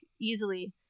easily